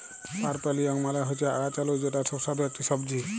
purple yam মালে হচ্যে গাছ আলু যেটা সুস্বাদু ইকটি সবজি